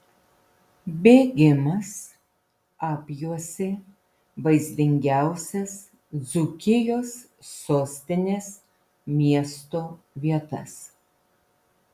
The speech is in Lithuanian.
bėgimas apjuosė vaizdingiausias dzūkijos sostinės miesto vietas